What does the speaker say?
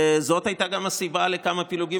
זאת הייתה גם הסיבה לכמה פילוגים